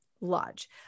lodge